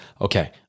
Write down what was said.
Okay